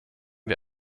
wir